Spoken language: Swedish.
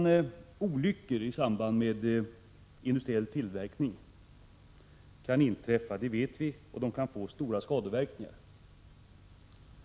Vi vet att olyckor i samband med industriell tillverkning kan inträffa och att de kan få stora skadeverkningar.